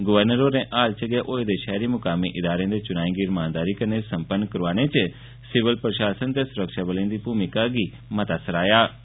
governor होरें हाल च गै होए दे शैहरी मुकामी इदारें दे चुनाएं गी रमानदारी कन्नै संपन्न करोआने च सिविल प्रशासन ते सुरक्षाबलें दी भूमिका दी सराहना बी कीती